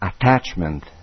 attachment